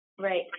Right